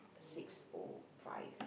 six o five